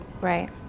Right